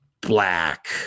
black